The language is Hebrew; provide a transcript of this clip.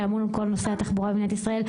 שאמון על כל נושא התחבורה במדינת ישראל,